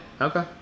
Okay